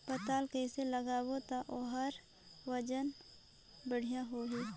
पातल कइसे लगाबो ता ओहार वजन बेडिया आही?